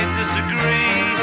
disagree